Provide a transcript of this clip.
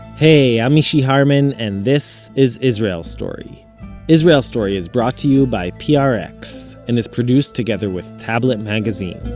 hey, i'm mishy harman, and this is israel story israel story is brought to you by prx, and is produced together with tablet magazine